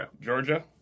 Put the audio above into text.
Georgia